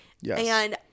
Yes